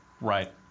Right